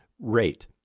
rate